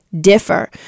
differ